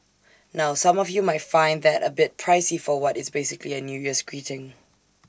now some of you might find that A bit pricey for what is basically A new year's greeting